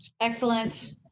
Excellent